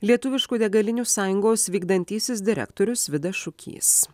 lietuviškų degalinių sąjungos vykdantysis direktorius vidas šukys